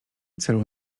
celu